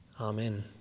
amen